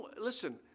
listen